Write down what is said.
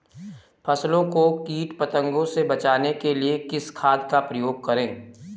फसलों को कीट पतंगों से बचाने के लिए किस खाद का प्रयोग करें?